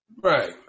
Right